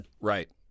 Right